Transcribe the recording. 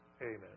Amen